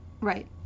Right